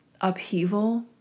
upheaval